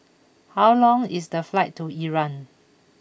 how long is the flight to Iran